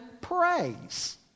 praise